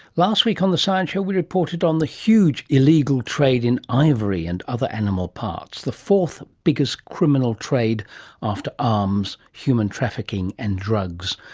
last week on the science show we reported on the huge illegal trade in ivory and other animal parts, the fourth biggest criminal trade after arms, human trafficking and drugs.